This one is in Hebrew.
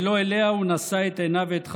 ולא אליה הוא נשא את עיניו ואת חזונו.